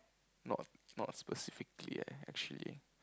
not not specifically eh actually